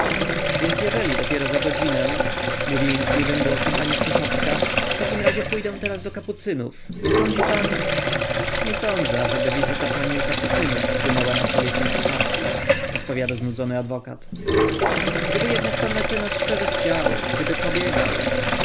więc jeżeli dopiero za godzinę mówi jękliwym głosem pani krzeszowska w takim razie pójdę teraz do kapucynów nie sądzi pan nie sądzę ażeby wizyta pani u kapucynów wpłynęła na przebieg licytacyi odpowiada znudzony adwokat gdyby jednak pan mecenas szczerze chciał gdyby pobiegał